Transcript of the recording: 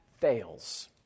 fails